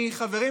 חברים,